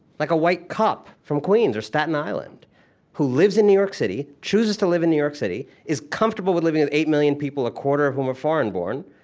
like a white cop from queens or staten island who lives in new york city, chooses to live in new york city, is comfortable living with eight million people, a quarter of whom are foreign-born,